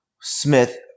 Smith